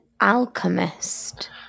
alchemist